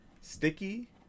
Sticky